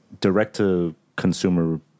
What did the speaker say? direct-to-consumer